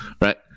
right